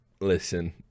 Listen